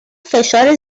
فشار